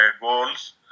goals